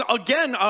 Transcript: again